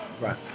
Right